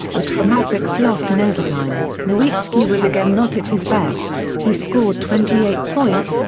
which the mavericks lost in overtime, nowitzki was again not at his best he scored twenty eight points,